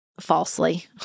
Falsely